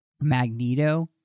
Magneto